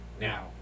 Now